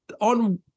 On